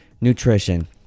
nutrition